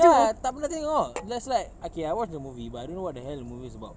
tak tak pernah tengok that's like okay I watched the movie but I don't know what the hell the movie is about